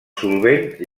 solvent